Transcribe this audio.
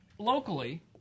Locally